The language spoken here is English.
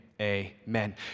Amen